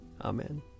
Amen